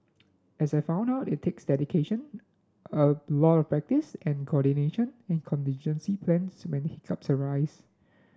as I found out it takes dedication a lot of practice and coordination and contingency plans when hiccups arise